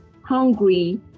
hungry